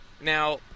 Now